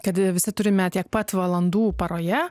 kad visi turime tiek pat valandų paroje